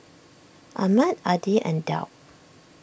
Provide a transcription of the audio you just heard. Ahmad Adi and Daud